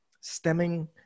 stemming